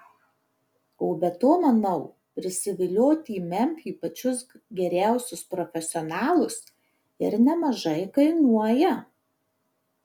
o be to manau prisivilioti į memfį pačius geriausius profesionalus ir nemažai kainuoja